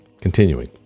continuing